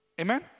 Amen